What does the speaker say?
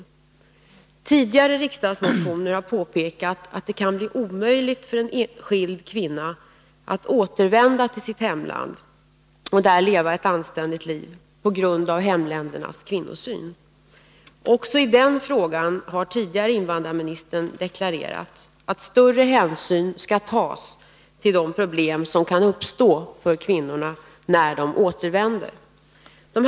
I tidigare riksdagsmotioner har det påpekats att det på grund av hemländernas kvinnosyn kan vara omöjligt för en skild kvinna att återvända till sitt hemland och där leva ett anständigt liv. Också i denna fråga har den tidigare invandrarministern deklarerat att större hänsyn skall tas till de problem som kan uppstå för kvinnorna när de återvänder till sina hemländer.